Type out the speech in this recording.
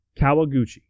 Kawaguchi